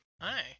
Hi